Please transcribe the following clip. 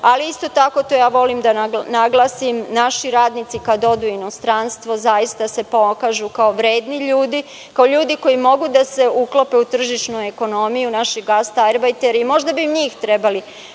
Ali, isto tako, to ja volim da naglasim, naši radnici kad odu u inostranstvo zaista se pokažu kao vredni ljudi, kao ljudi koji mogu da se uklope u tržišnu ekonomiju, naši gastarbajteri. Možda bih njih trebali